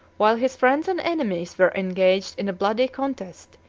while his friends and enemies were engaged in a bloody contest,